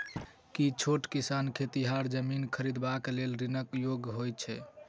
की छोट किसान खेतिहर जमीन खरिदबाक लेल ऋणक योग्य होइ छै?